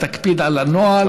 תקפיד על הנוהל.